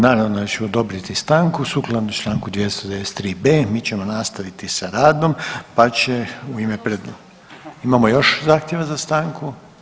Naravno da ću odobriti stanku sukladno čl. 293.b mi ćemo nastaviti sa radom pa će u ime, imamo još zahtjeva za stanku?